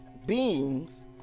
beings